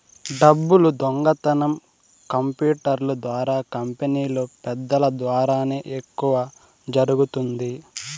డబ్బులు దొంగతనం కంప్యూటర్ల ద్వారా కంపెనీలో పెద్దల ద్వారానే ఎక్కువ జరుగుతుంది